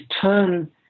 turn